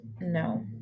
no